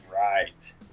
right